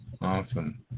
Awesome